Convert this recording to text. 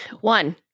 One